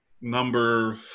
number